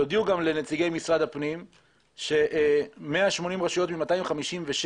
תודיעו לנציגי משרד הפנים ש-180 רשויות מ-257,